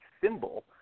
symbol